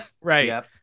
right